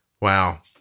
Wow